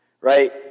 right